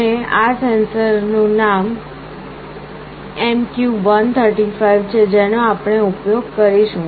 અને આ સેન્સરનું નામ MQ135 છે જેનો આપણે ઉપયોગ કરીશું